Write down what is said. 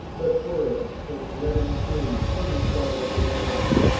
but whirl from leathern slings huge balls of lead,